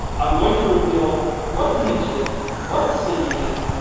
i'm going to reveal what the niches what the city is.